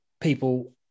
people